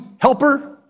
Helper